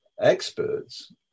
experts